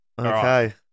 Okay